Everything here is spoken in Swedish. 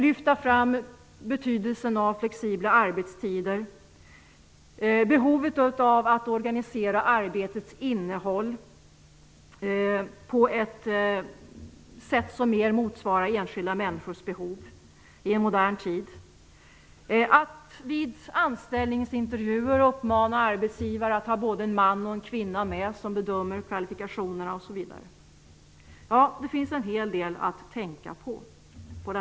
Lyfta fram betydelsen av flexibla arbetstider och behovet av att organisera arbetets innehåll på ett sätt som mer motsvarar enskilda människors behov i en modern tid. Arbetsgivare skall uppmanas att vid anställningsintervjuer ha både en man och en kvinna med som bedömer kvalifikationerna, osv. Det finns på detta område en hel del att tänka på.